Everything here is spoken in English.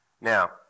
Now